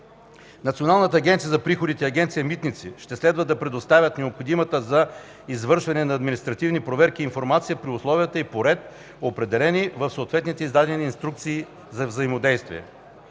Националната агенция за приходите и Агенция „Митници” ще следва да предоставят необходимата за извършване на административни проверки информация при условия и по ред, определени в съвместно издадени инструкции за взаимодействие.